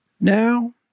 Now